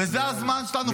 וזה הזמן שלנו,